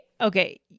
okay